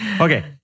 Okay